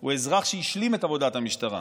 הוא אזרח שהשלים את עבודת המשטרה.